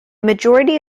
majority